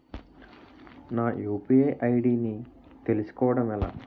నా UPI ID ని తెలుసుకోవడం ఎలా?